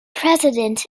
president